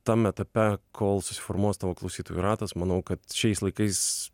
tam etape kol susiformuos tavo klausytojų ratas manau kad šiais laikais